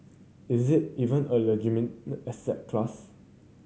is it even a legitimate asset class